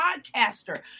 podcaster